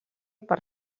per